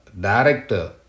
director